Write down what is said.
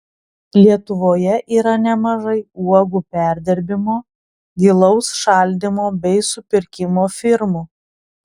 lietuvoje yra nemažai uogų perdirbimo gilaus šaldymo bei supirkimo firmų